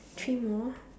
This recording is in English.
three more